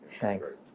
Thanks